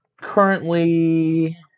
currently